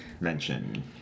mention